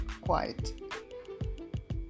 quiet